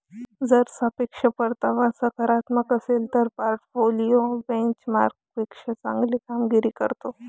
जर सापेक्ष परतावा सकारात्मक असेल तर पोर्टफोलिओ बेंचमार्कपेक्षा चांगली कामगिरी करतो